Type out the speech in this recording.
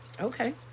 Okay